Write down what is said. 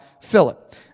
Philip